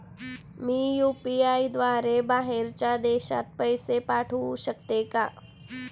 मी UPI द्वारे बाहेरच्या देशात पैसे पाठवू शकतो का?